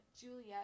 Juliet